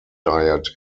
diet